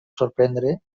sorprendre